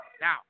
now